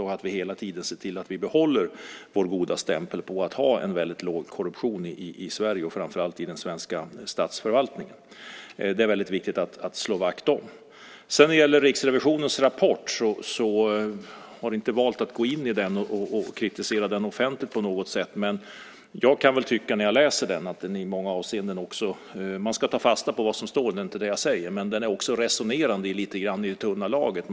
Vi måste hela tiden se till att behålla den goda stämpeln att vi har en väldigt låg korruption i Sverige och i den svenska statsförvaltningen. Det är viktigt att slå vakt om det. Jag har inte valt att gå in på Riksrevisionens rapport och kritisera den offentligt på något sätt. Man ska ta fasta på vad som står i den. Men den är resonerande i tunnaste laget.